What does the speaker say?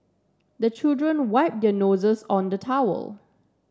the children wipe their noses on the towel